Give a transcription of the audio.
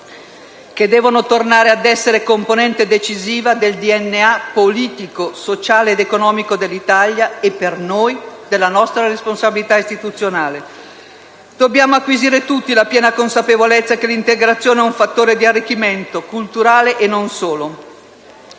che devono tornare ad essere componente decisiva del DNA politico, sociale ed economico dell'Italia e, per noi, della nostra responsabilità istituzionale. Dobbiamo acquisire tutti la piena consapevolezza che l'integrazione è un fattore di arricchimento culturale e non solo.